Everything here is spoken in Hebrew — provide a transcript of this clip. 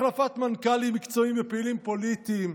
החלפת מנכ"לים מקצועיים בפעילים פוליטיים,